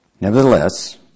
Nevertheless